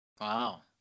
Wow